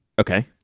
okay